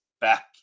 back